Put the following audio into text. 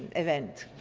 event.